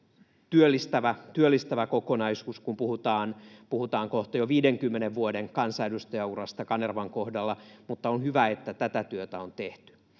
työllistävä kokonaisuus, kun puhutaan kohta jo 50 vuoden kansanedustajan urasta Kanervan kohdalla, mutta on hyvä, että tätä työtä on tehty.